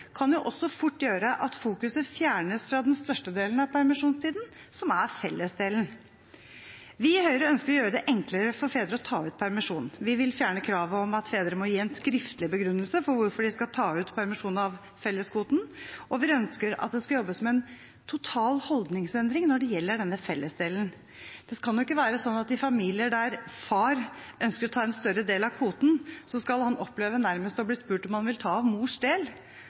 kan jo fort gjøre at fokuset fjernes fra den største delen av permisjonstiden, som er fellesdelen. Vi i Høyre ønsker å gjøre det enklere for fedre å ta ut permisjon. Vi vil fjerne kravet om at fedre må gi en skriftlig begrunnelse for hvorfor de skal ta ut permisjon av felleskvoten, og vi ønsker at det skal jobbes med en total holdningsendring når det gjelder denne fellesdelen. Det kan jo ikke være sånn at i familier der far ønsker å ta en større del av kvoten, skal han oppleve nærmest å bli spurt om han vil ta av «mors del».